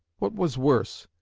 what was worse,